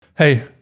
Hey